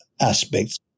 aspects